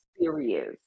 serious